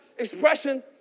Expression